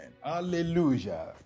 Hallelujah